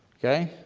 okay?